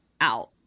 out